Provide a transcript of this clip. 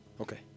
Okay